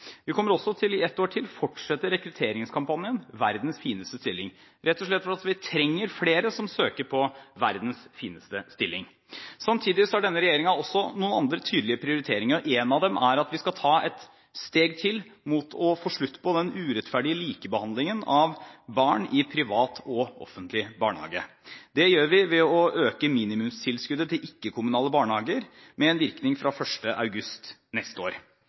Vi kommer også – i ett år til – til å fortsette rekrutteringskampanjen Verdens fineste stilling, rett og slett fordi vi trenger flere som søker på verdens fineste stilling. Samtidig har denne regjeringen også noen andre tydelige prioriteringer, og en av dem er at vi skal ta ett steg til mot å få slutt på den urettferdige mangelen på likebehandling av barn i privat og offentlig barnehage. Det gjør vi ved å øke minimumstilskuddet til ikke-kommunale barnehager, med virkning fra 1. august neste år.